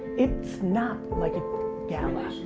it's not like a gala.